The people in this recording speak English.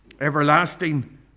everlasting